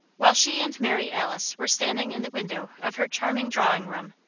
while she and mary alice were standing in the window of her charming drawing-room,